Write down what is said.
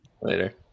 Later